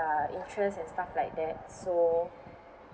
uh interest and stuff like that so